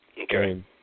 Okay